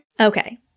Okay